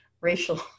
racial